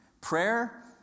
prayer